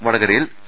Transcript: വടകരയിൽ ടി